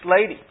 lady